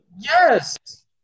Yes